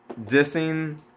Dissing